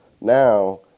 Now